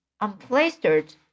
Unplastered